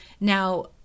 Now